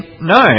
No